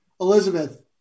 Elizabeth